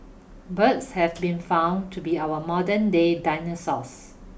birds have been found to be our modernday dinosaurs